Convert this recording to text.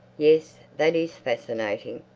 yes, that is fascinating.